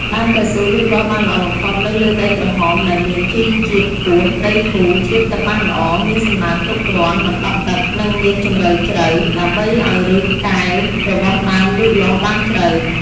ដើមកៅស៊ូលូតលាស់បានល្អបំផុតនៅលើដីក្រហមដែលមានជីជាតិខ្ពស់ ដីធូរ ជ្រាបទឹកបានល្អ មានសំណើមគ្រប់គ្រាន់ មិនដក់ទឹក និងមានជម្រៅជ្រៅ ដើម្បីឱ្យឫសកែវរបស់ដើមលូតលាស់បានជ្រៅ។